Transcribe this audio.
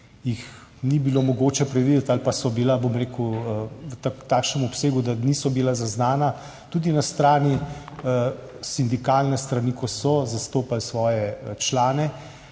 jih ni bilo mogoče predvideti ali pa so bila, bom rekel, v takšnem obsegu, da niso bila zaznana tudi na strani sindikalne strani, ko so zastopali svoje člane,